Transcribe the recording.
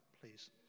please